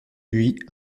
buis